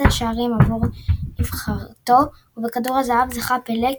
שערים עבור נבחרתו ובכדור הזהב זכה פלה,